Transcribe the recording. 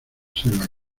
selva